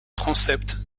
transept